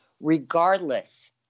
regardless